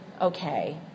okay